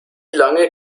lange